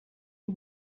you